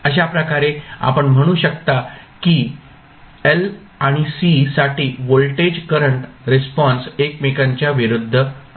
अशा प्रकारे आपण म्हणू शकता की l आणि c साठी व्होल्टेज करंट रिस्पॉन्स एकमेकांच्या विरूद्ध आहेत